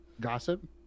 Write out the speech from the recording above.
gossip